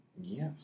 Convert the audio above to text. yes